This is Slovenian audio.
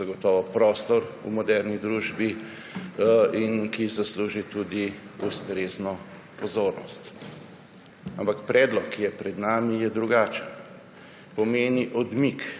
zagotovo prostor v moderni družbi in zasluži tudi ustrezno pozornost. Ampak predlog, ki je pred nami, je drugačen. Pomeni odmik